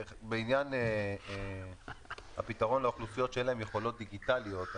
בעניין הפתרון לאוכלוסיות שאין להן יכולות דיגיטליות,